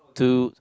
to